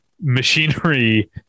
machinery